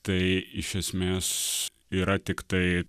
tai iš esmės yra tiktai